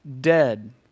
dead